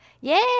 Yay